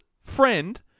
friend